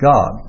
God